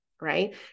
Right